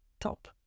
Top